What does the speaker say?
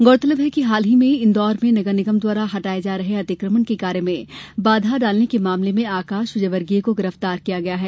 गौरतलब है कि हाल ही में इन्दौर में नगर निगम द्वारा हटाये जा रहे अतिक्रमण के कार्य में बाधा डालने के मामले में आकाश विजयवर्गीय को गिरफ्तार किया गया है